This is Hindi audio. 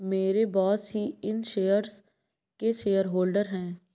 मेरे बॉस ही इन शेयर्स के शेयरहोल्डर हैं